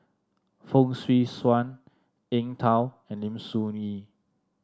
Fong Swee Suan Eng Tow and Lim Soo Ngee